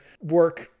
work